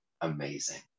amazing